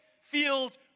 field